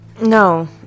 No